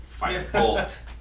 Firebolt